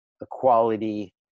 equality